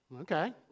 Okay